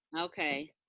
okay